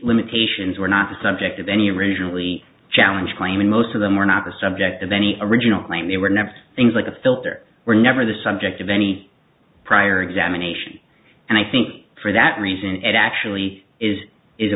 limitations were not the subject of any originally challenge claiming most of them were not the subject of any original claim they were never things like a filter were never the subject of any prior examination and i think for that reason it actually is is a